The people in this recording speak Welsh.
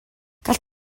gall